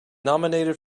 nominated